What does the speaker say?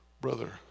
Brother